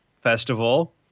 festival